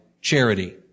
charity